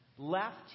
Left